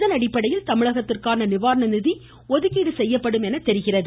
இதன் அடிப்படையில் தமிழகத்திற்கான நிவாரண நிதி ஒதுக்கீடு செய்யப்படும் என தெரிகிறது